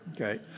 Okay